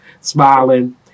smiling